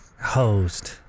Hosed